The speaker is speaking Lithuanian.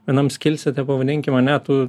vienam skilste taip pavadinkim ane tu